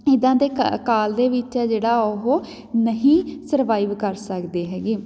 ਇੱਦਾਂ ਦੇ ਕਾ ਕਾਲ ਦੇ ਵਿੱਚ ਆ ਜਿਹੜਾ ਉਹ ਨਹੀਂ ਸਰਵਾਈਵ ਕਰ ਸਕਦੇ ਹੈਗੇ